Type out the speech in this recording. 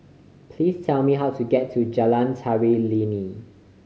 please tell me how to get to Jalan Tari Lilin